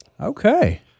Okay